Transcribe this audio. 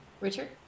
Richard